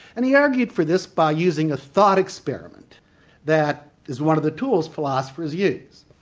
and he argued for this by using a thought experiment that is one of the tools philosophers use.